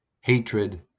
hatred